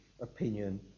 opinion